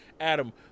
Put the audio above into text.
Adam